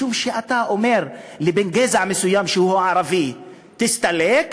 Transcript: משום שאתה אומר לבן גזע מסוים, שהוא ערבי, תסתלק,